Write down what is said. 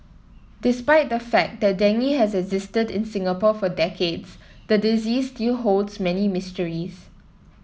despite the fact that dengue has existed in Singapore for decades the disease still holds many mysteries